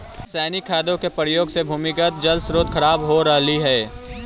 रसायनिक खादों के प्रयोग से भूमिगत जल स्रोत खराब हो रहलइ हे